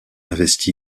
investi